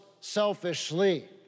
selfishly